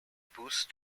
boost